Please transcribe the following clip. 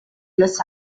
los